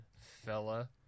fella